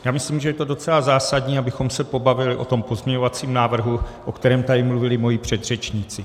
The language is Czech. Já myslím, že je docela zásadní, abychom se pobavili o tom pozměňovacím návrhu, o kterém tady mluvili moji předřečníci.